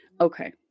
Okay